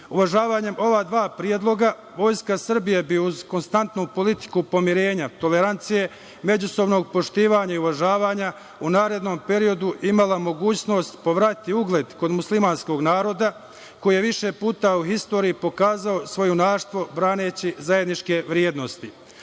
ishrane. Uvažavanjem ova dva predloga, Vojska Srbije bi uz konstantnu politiku pomirenja, tolerancije, međusobnog poštovanja i uvažavanja u narednom periodu imala mogućnost da povrati ugled kod muslimanskog naroda, koji je više puta u istoriji pokazao svoje junaštvo braneći zajedničke vrednosti. Ovo